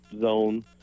zone